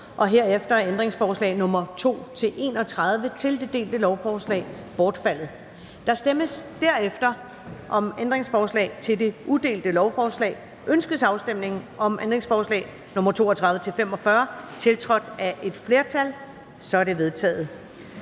Herefter er ændringsforslag nr. 2-31 til det delte lovforslag bortfaldet. Der stemmes derefter om ændringsforslag til det udelte lovforslag. Ønskes afstemning om ændringsforslag nr. 32-45, tiltrådt af et flertal (S, SF, RV,